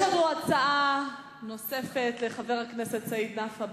יש הצעה נוספת לחבר הכנסת סעיד נפאע,